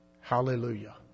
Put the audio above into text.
Hallelujah